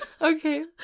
Okay